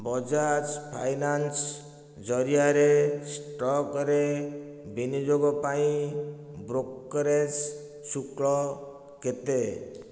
Bajaj finance ଜରିଆରେ ଷ୍ଟକ୍ରେ ବିନିଯୋଗ ପାଇଁ ବ୍ରୋକରେଜ୍ ଶୁକ୍ଳ କେତେ